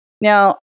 Now